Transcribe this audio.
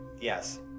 yes